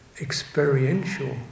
experiential